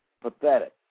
pathetic